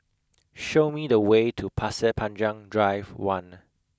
show me the way to Pasir Panjang Drive one